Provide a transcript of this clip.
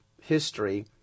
history